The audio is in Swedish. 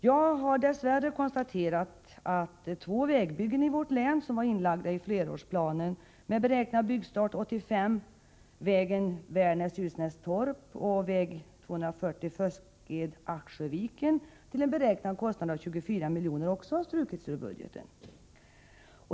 Jag har dess värre konstaterat att två vägbyggen i vårt län, inlagda i flerårsplanen med beräknad byggstart 1985 — väg 235, Värnäs-Ljusnästorp och väg 240, Fösked-Acksjöviken — och till en beräknad kostnad av 24 miljoner, också har strukits ur budgeten.